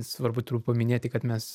svarbu turbūt paminėti kad mes